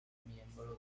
miembro